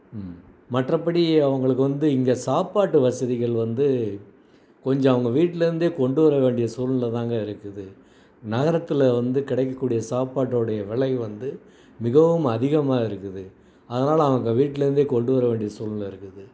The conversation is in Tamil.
ம் மற்றபடி அவங்களுக்கு வந்து இங்கே சாப்பாட்டு வசதிகள் வந்து கொஞ்சம் அவங்க வீட்டுலேருந்தே கொண்டு வர வேண்டிய சூழ்நிலை தான்ங்க இருக்குது நகரத்தில் வந்து கிடைக்கக்கூடிய சாப்பாட்டோடைய விலை வந்து மிகவும் அதிகமாக இருக்குது அதனால் அவங்க வீட்டுலேருந்தே கொண்டு வர வேண்டிய சூழ்நிலை இருக்குது